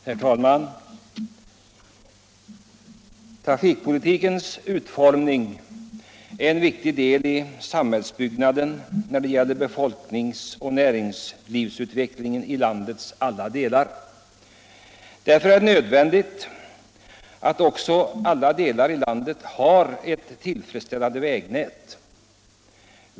Herr talman! Trafikpolitikens utformning är en viktig del i samhällsbyggnaden när det gäller befolkningsoch näringslivsutvecklingen i landets alla delar. Därför är det nödvändigt att alla delar i landet har ett tillfredsställande vägnät.